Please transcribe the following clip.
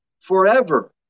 forever